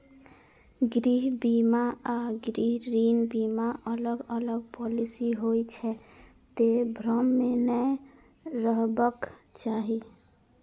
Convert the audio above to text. गृह बीमा आ गृह ऋण बीमा अलग अलग पॉलिसी होइ छै, तें भ्रम मे नै रहबाक चाही